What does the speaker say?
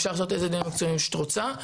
אפשר לעשות איזה דיונים מקצועיים שאת רוצה,